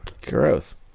Gross